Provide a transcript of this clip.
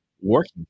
working